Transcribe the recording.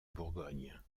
bourgogne